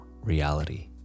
reality